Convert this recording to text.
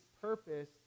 purpose